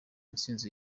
ntsinzi